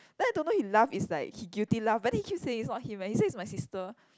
then I don't know he laugh is like he guilty laugh but then he keep saying is not him eh he say is my sister